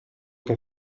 che